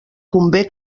convé